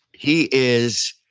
he is,